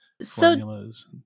formulas